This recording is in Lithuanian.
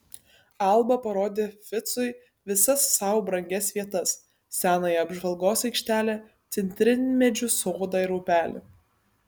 alba parodė ficui visas sau brangias vietas senąją apžvalgos aikštelę citrinmedžių sodą ir upelį